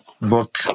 book